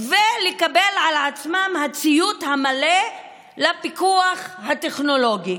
ולקבל על עצמם את הציות המלא לפיקוח הטכנולוגי.